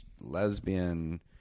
lesbian